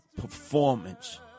performance